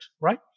right